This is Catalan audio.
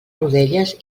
rodelles